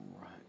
right